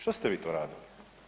Što ste vi to radili?